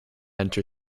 enter